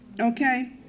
Okay